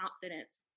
confidence